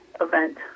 event